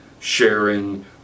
sharing